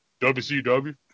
WCW